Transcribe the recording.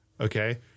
Okay